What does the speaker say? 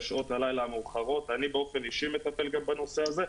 בשעות הלילה המאוחרות אני באופן אישי גם מטפל בנושא הזה,